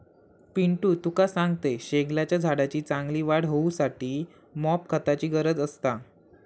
पिंटू तुका सांगतंय, शेगलाच्या झाडाची चांगली वाढ होऊसाठी मॉप खताची गरज असता